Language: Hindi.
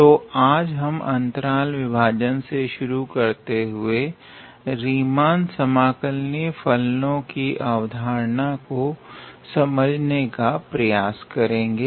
तो आज हम अंतराल विभाजन से शुरू करते हुए रीमान समाकलनिय फलनो की अवधारणा को समझने का प्रयास करेंगे